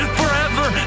forever